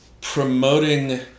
promoting